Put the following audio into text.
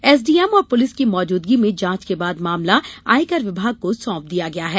SDM और police की मौजूदगी में जाँच के बाद मामला आयकर विभाग को सौंप दिया गया है